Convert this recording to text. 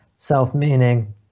self-meaning